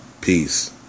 Peace